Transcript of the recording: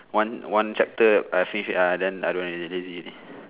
one one chapter I finish ah then I don't want lazy already